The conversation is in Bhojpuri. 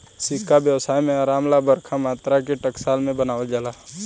सिक्का व्यवसाय में आराम ला बरका मात्रा में टकसाल में बनावल जाला